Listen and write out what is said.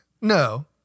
No